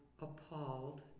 appalled